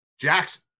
Jackson